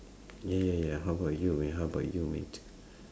ya ya ya how about you man how about you mate